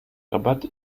rabat